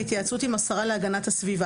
בהתייעצות עם השרה להגנת הסביבה,